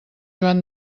joan